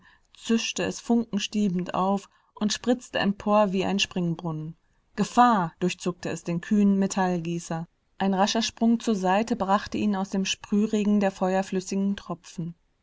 zischte es funkenstiebend auf und spritzte empor wie ein springbrunnen gefahr durchzuckte es den kühnen metallgießer ein rascher sprung zur seite brachte ihn aus dem sprühregen der feuerflüssigen tropfen